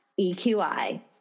EQI